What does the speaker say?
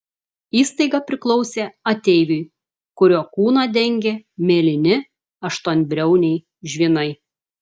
įstaiga priklausė ateiviui kurio kūną dengė mėlyni aštuonbriauniai žvynai